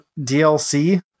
DLC